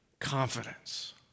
Confidence